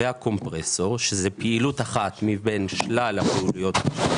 חברת טכנולגיית להבים מייצרת להבי קומפרסור בכמה מפעלים,